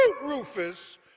Rufus